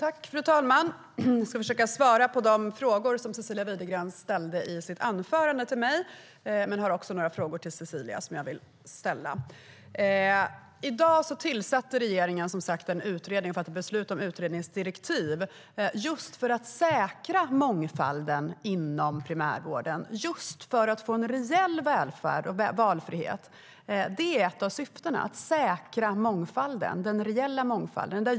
Fru talman! Jag ska försöka svara på de frågor till mig som Cecilia Widegren ställde i sitt anförande. Jag har också några frågor till Cecilia som jag vill ställa.I dag tillsatte regeringen en utredning och fattade beslut om utredningens direktiv just för att säkra mångfalden inom primärvården och få en reell välfärd och valfrihet. Det är ett av syftena: att säkra den reella mångfalden.